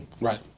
Right